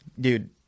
dude